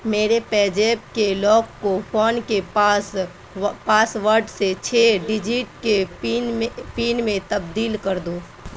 میرے پے جیپ کے لاک کو فون کے پاس پاس ورڈ سے چھ ڈجٹ کے پین میں پین میں تبدیل کر دو